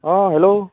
आं हॅलो